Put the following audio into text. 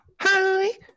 Hi